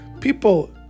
People